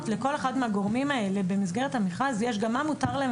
לכל אחד מהגורמים האלה במסגרת המכרז יש גם מה מותר להם